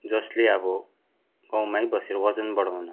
जसले अब गाउँमै बसेर वजन बढाउन